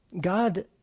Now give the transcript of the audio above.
God